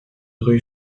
rue